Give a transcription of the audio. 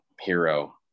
hero